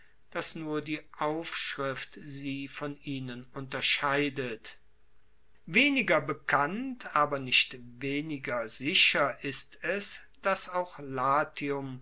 dass nur die aufschrift sie von ihnen unterscheidet weniger bekannt aber nicht weniger sicher ist es dass auch latium